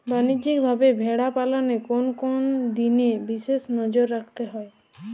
বাণিজ্যিকভাবে ভেড়া পালনে কোন কোন দিকে বিশেষ নজর রাখতে হয়?